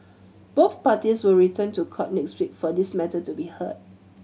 both parties will return to court next week for this matter to be heard